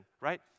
right